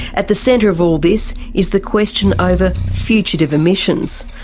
at the centre of all this, is the question over fugitive emissions,